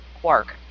quark